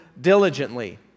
diligently